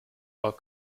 are